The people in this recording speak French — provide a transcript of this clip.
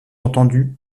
entendues